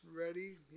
ready